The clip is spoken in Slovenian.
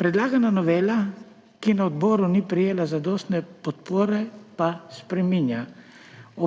Predlagana novela, ki na odboru ni prejela zadostne podpore, pa spreminja